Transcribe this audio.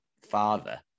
father